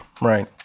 Right